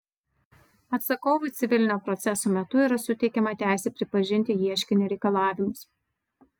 atsakovui civilinio proceso metu yra suteikiama teisė pripažinti ieškinio reikalavimus